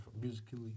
musically